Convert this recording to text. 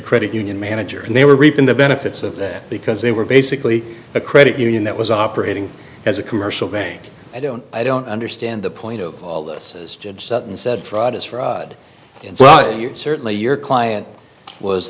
credit union manager and they were reaping the benefits of that because they were basically a credit union that was operating as a commercial bank i don't i don't understand the point of all this and said fraud is for it's well you're certainly your client was